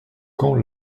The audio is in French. quand